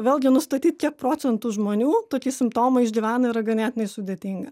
vėlgi nustatyt kiek procentų žmonių tokį simptomą išgyvena yra ganėtinai sudėtinga